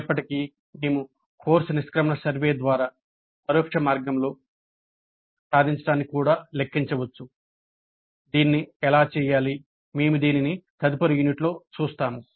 అయినప్పటికీ మేము కోర్సు నిష్క్రమణ సర్వే ద్వారా పరోక్ష మార్గంలో సాధించడాన్ని కూడా లెక్కించవచ్చు